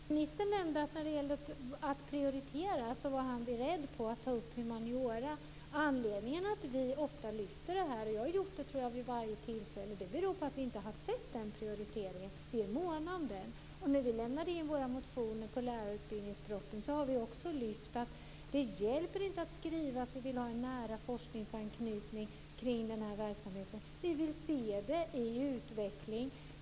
Fru talman! Ministern talade om att prioritera och sade att han var beredd att ta upp frågan om humaniora. Anledningen till att vi ofta lyfter upp den frågan - jag tror att jag har gjort det vid varje tillfälle - beror på att vi inte har sett den prioriteringen. Vi är måna om den. När vi väckte våra motioner på propositionen om lärarutbildning lyfte vi också fram att det inte hjälper att skriva att man vill ha en nära forskningsanknytning kring verksamheten. Vi vill se det i utveckling.